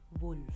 wolf